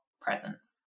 presence